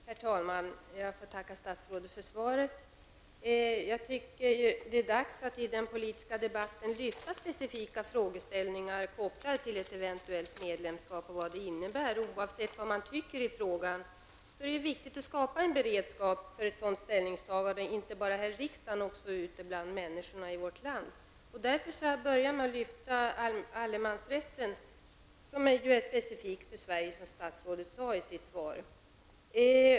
Herr talman! Jag tackar statsrådet för svaret. Det är dags att i debatten lyfta fram specifika frågeställningar kopplade till frågan om ett eventuellt medlemskap och vad det innebär. Oavsett vad man anser i frågan är det viktigt att skapa en beredskap för ett ställningstagande inte bara här i riksdagen utan också bland människorna i vårt land. Det är därför som jag lyfter fram frågan om allemansrätten, som ju är något specifikt för Sverige, vilket statsrådet sade i sitt svar.